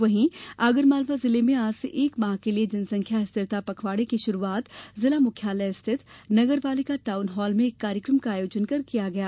वहीं आगरमालवा जिले में आज से एक माह के लिये जनसंख्या स्थिरता पखवाड़े की शुरूआत जिला मुख्यालय स्थित नगर पालिका टाऊन हॉल में एक कार्यक्रम का आयोजन कर की गई